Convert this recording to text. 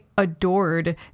adored